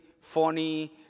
funny